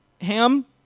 Ham